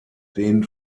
den